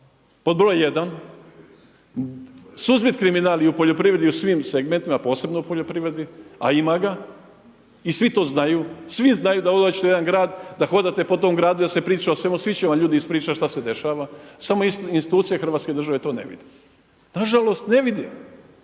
pod broj 1, suzbiti kriminal i u poljoprivredi i u svim segmentima, posebno u poljoprivredi, a ima ga i svi to znaju. Svi znaju da kada dođete u jedan, da hodate po tom gradu da se priča o svemu, svi će vam ljudi ispričati šta se dešava, samo institucije hrvatske države to ne vide, nažalost ne vidi.